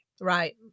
right